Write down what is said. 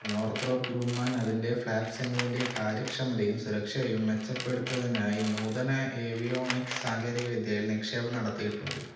Northrop Grumman അതിൻ്റെ flaps എന്നതിൻ്റെ കാര്യക്ഷമതയും സുരക്ഷയും മെച്ചപ്പെടുത്തുന്നതിനായി നൂതന ഏവിയോണിക്സ് സാങ്കേതികവിദ്യയിൽ നിക്ഷേപം നടത്തിയിട്ടുണ്ട്